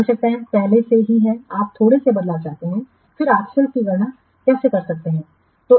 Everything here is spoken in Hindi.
आवश्यकताएं पहले से ही हैं आप थोड़े से बदलाव चाहते हैं फिर आप शुल्क की गणना कैसे कर सकते हैं